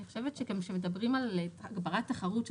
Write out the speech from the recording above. אני חושבת שגם כשמדברים על הגברת תחרות,